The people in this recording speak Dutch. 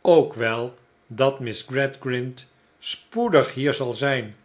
ook wel dat miss gradgrind spoedig hier zal zijn